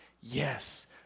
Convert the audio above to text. Yes